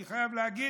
אני חייב להגיד,